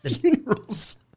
Funerals